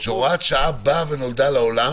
שבאה לעולם